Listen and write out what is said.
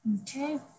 Okay